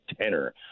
tenor